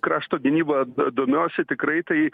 krašto gynyba do domiuosi tikrai tai